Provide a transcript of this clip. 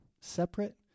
Separate